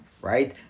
right